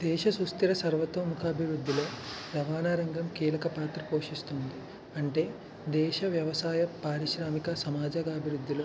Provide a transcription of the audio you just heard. దేశ సుస్థిర సర్వత్వ ముఖా అభివృద్ధిలో రవాణా రంగం కీలక పాత్రా పోషిస్తుంది అంటే దేశ వ్యవసాయ పారిశ్రామిక సమాజగా అభివృద్ధిలో